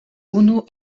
unu